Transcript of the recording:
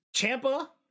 Champa